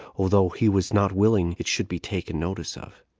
although he was not willing it should be taken notice of.